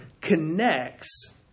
connects